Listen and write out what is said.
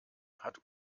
hat